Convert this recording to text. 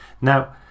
Now